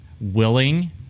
Willing